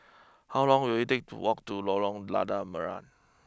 how long will it take to walk to Lorong Lada Merah